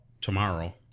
tomorrow